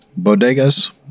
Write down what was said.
Bodegas